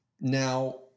Now